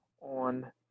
on